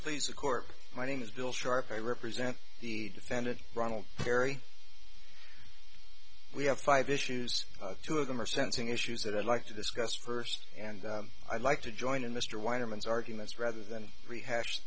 please the court my name is bill sharpe i represent the defendant ronald barry we have five issues two of them are sensing issues that i'd like to discuss first and i'd like to join in mr weiner man's arguments rather than rehash